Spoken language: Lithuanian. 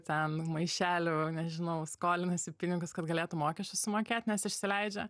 ten maišelių nežinau skolinasi pinigus kad galėtų mokesčius sumokėt nes išsileidžia